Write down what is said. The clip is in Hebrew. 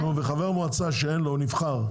נו, וחבר מועצה שאין לו הוא נבחר?